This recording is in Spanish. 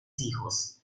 hijos